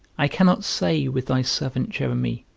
i cannot say, with thy servant jeremy,